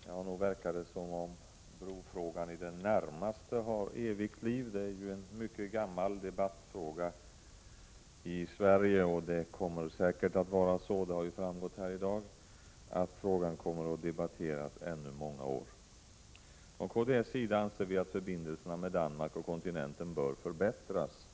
Fru talman! Nog verkar det som om brofrågan i det närmaste har evigt liv. Det är ju en mycket gammal debattfråga i Sverige, och frågan kommer säkert — det har framgått här i dag — att debatteras ännu många år. Från kds anser vi att förbindelsen med Danmark och kontinenten bör förbättras.